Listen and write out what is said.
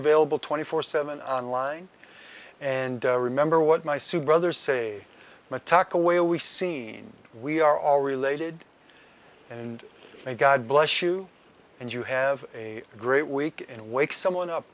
available twenty four seven on line and remember what my soup brothers say attack away we seen we are all related and god bless you and you have a great week and wake someone up